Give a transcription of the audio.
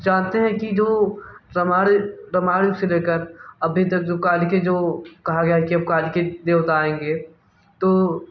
जानते हैं कि जो से ले कर अभी तक जो कालिके जो कहा गया है कि अब कालिके देवता आएँगे तो